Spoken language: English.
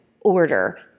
order